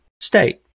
state